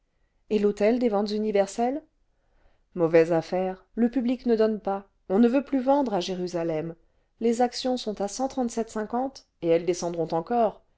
et l'hôtel des ventes universelles mauvaise affaire le public ne donne pas on ne veut plus vendre à jérusalem les actions sont à et elles descendront encore